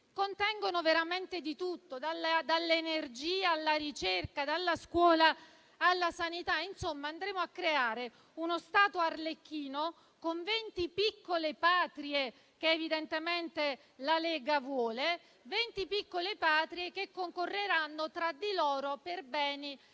contengono veramente di tutto: dall'energia alla ricerca, dalla scuola alla sanità. Insomma, andremo a creare uno Stato arlecchino con 20 piccole patrie - evidentemente la Lega le vuole - che concorreranno tra di loro per beni